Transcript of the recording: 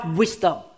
wisdom